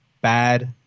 bad